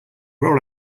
roll